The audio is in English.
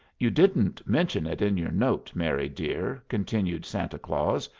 you didn't mention it in your note, mary, dear, continued santa claus,